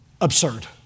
Absurd